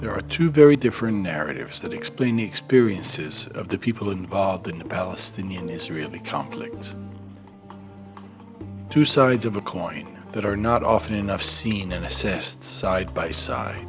there are two very different narratives that explain the experiences of the people involved in the palestinian israeli conflict two sides of a coin that are not often enough seen and assessed side by side